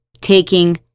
taking